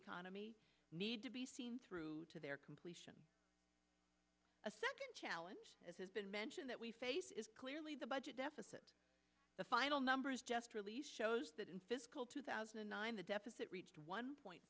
economy need to be seen through to their completion a second challenge as has been mentioned that we face is clearly the budget deficit the final numbers just released shows that in fiscal two thousand and nine the deficit reached one point